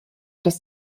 dass